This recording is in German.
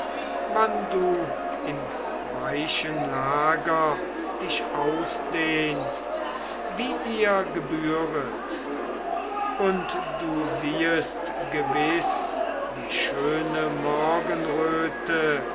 wann du im weichen lager dich ausdehnst wie dir gebühret und du siehest gewiß die schöne morgenröte